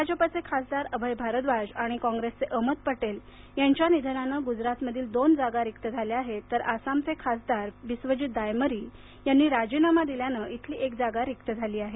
भाजपचे खासदार अभय भारद्वाज आणि कॉंग्रेसचे अहमद पटेल यांच्या निधनानं गुजरातमधील दोन जागा रिक्त झाल्या आहेत तर आसामचे खासदार बिस्वजीत दायमरी यांनी राजीनामा दिल्यानं इथली एक जागा रिक्त झाली आहे